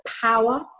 power